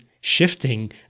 shifting